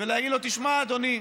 ולהגיד לו: תשמע, אדוני,